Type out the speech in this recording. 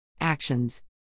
Actions